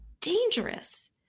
dangerous